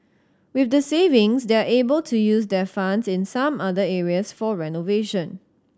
with the savings they're able to use their funds in some other areas for renovation